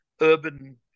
urban